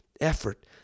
effort